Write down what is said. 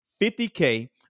50k